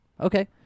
Okay